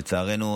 לצערנו,